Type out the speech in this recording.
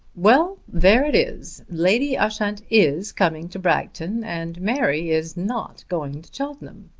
well there it is. lady ushant is coming to bragton and mary is not going to cheltenham.